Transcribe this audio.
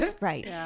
Right